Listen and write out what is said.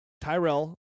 Tyrell